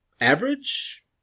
average